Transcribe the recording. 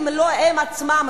אם לא הם עצמם,